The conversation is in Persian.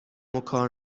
وکار